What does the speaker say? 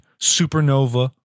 supernova